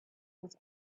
his